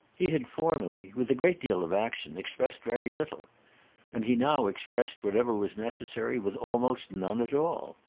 he had formerly, with a great deal of action, expressed very little and he now expressed whatever was necessary with almost none at all.